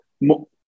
More